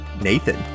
Nathan